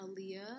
Aaliyah